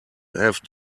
have